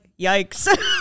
yikes